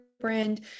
brand